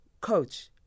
Coach